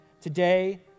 Today